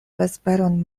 vesperon